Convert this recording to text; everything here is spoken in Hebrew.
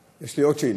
יש לי עוד שאילתה.